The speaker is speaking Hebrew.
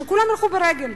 שכולם ילכו ברגל,